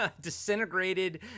Disintegrated